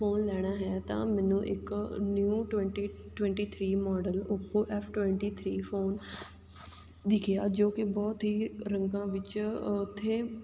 phone ਲੈਣਾ ਹੈ ਤਾਂ ਮੈਨੂੰ ਇੱਕ new twenty twenty three model Oppo F twenty three phone ਦਿਖਿਆ ਜੋ ਕਿ ਬਹੁਤ ਹੀ ਰੰਗਾਂ ਵਿੱਚ ਉੱਥੇ